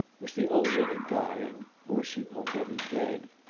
was the old woman dying, or was she already dead?